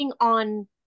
on